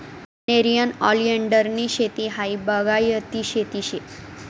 नेरियन ओलीएंडरनी शेती हायी बागायती शेती शे